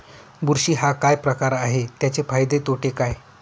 बुरशी हा काय प्रकार आहे, त्याचे फायदे तोटे काय?